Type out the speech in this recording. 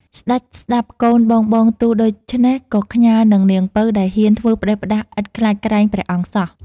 ស្ដេចស្ដាប់កូនបងៗទូលដូច្នេះ ក៏ខ្ញាល់នឹងនាងពៅដែលហ៊ានធ្វើផ្ដេសផ្ដាសឥតខ្លាចក្រែងព្រះអង្គសោះ។